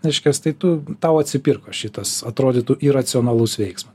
reiškias tai tu tau atsipirko šitas atrodytų iracionalus veiksmas